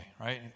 right